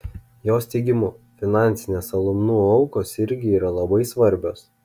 jos teigimu finansinės alumnų aukos irgi yra labai svarbios